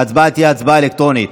ההצבעה תהיה הצבעה אלקטרונית,